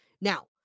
Now